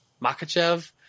Makachev